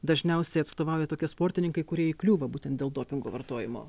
dažniausiai atstovauja tokie sportininkai kurie įkliūva būtent dėl dopingo vartojimo